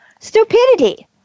stupidity